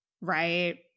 Right